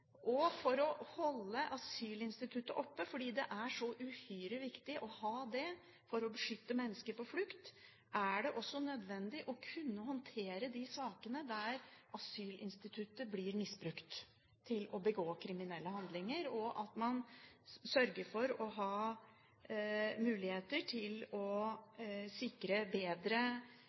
For å holde asylinstituttet oppe – fordi det er så uhyre viktig å ha det for å beskytte mennesker på flukt – er det også nødvendig å kunne håndtere de sakene der asylinstituttet blir misbrukt til å begå kriminelle handlinger. Man må sørge for å ha muligheter til å sikre bedre